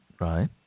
right